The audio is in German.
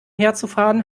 herzufahren